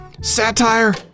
satire